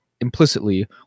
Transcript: implicitly